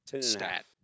stat